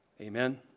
Amen